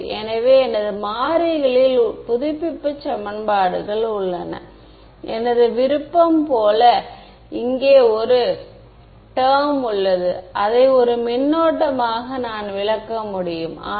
எனவே இந்த முழு விஷயத்தையும் என்னால் மீண்டும் எழுத முடியும் இது போன்ற 3 வெக்டர்களின் அடிப்படையில் இதை நான் எழுத முடியும் EsxEsyEsz